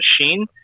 Machine